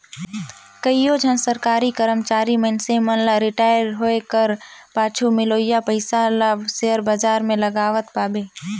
कइयो झन सरकारी करमचारी मइनसे मन ल रिटायर होए कर पाछू मिलोइया पइसा ल सेयर बजार में लगावत पाबे